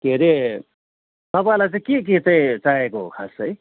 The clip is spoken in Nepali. के अरे तपाईँलाई चाहिँ के के चाहिएको हो खास चाहिँ